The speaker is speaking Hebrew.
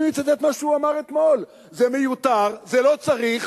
אני מצטט מה שהוא אמר אתמול: זה מיותר, לא צריך